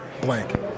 blank